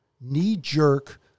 knee-jerk